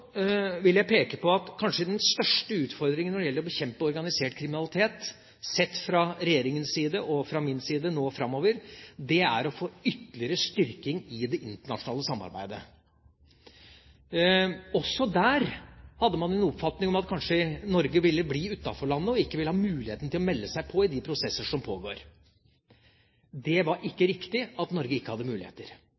vil jeg peke på at kanskje den største utfordringen framover når det gjelder å bekjempe organisert kriminalitet sett fra regjeringas side og min side, er å få ytterligere styrking av det internasjonale samarbeidet. Også der hadde man en oppfatning om at Norge kanskje ville bli utenforlandet og ikke ville ha muligheten til å melde seg på i de prosesser som pågår. Det var ikke